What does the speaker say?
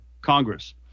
Congress